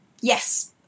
Yes